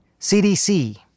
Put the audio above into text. CDC